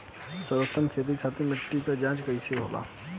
सर्वोत्तम खेती खातिर मिट्टी के जाँच कइसे होला?